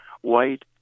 white